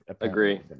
agree